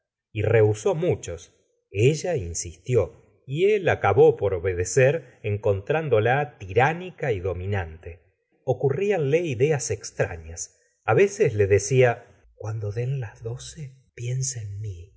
y rehusó muchos ella insistió y él acabó por obedecer encontrándola tiránica y dominante ocurrianla ideas extrafias a veces le decia cuando den las doce piensa